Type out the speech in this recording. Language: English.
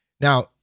Now